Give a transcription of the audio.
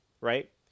right